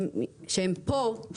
שהם פה,